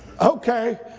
okay